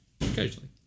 Occasionally